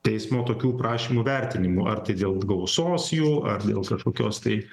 teismo tokių prašymų vertinimu ar tai dėl gausos jų ar dėl kažkokios tai